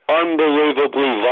unbelievably